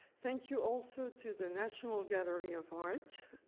thank you also to the national gallery of art,